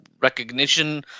recognition